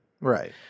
Right